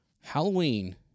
Halloween